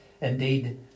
Indeed